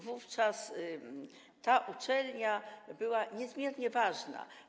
Wówczas ta uczelnia była niezmiernie ważna.